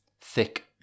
thick